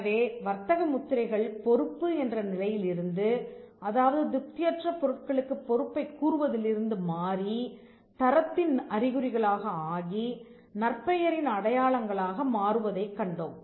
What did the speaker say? எனவே வர்த்தக முத்திரைகள் பொறுப்பு என்ற நிலையிலிருந்து அதாவது திருப்தியற்ற பொருட்களுக்கு பொறுப்பைக் கூறுவதிலிருந்து மாறித் தரத்தின் அறிகுறிகளாக ஆகி நற்பெயரின் அடையாளங்களாக மாறுவதைக் கண்டோம்